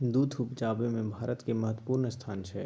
दूध उपजाबै मे भारत केर महत्वपूर्ण स्थान छै